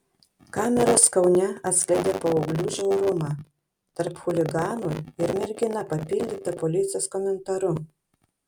kameros kaune atskleidė paauglių žiaurumą tarp chuliganų ir mergina papildyta policijos komentaru